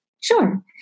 Sure